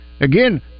again